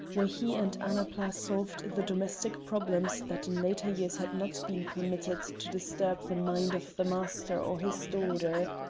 where he and annapla solved the domestic problems that in later years had not been permitted to disturb the mind of the master or his daughter.